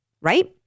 right